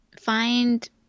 Find